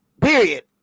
Period